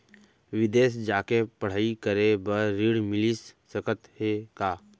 बिदेस जाके पढ़ई करे बर ऋण मिलिस सकत हे का?